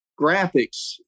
graphics